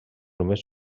només